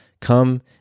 come